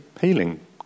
healing